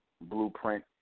blueprint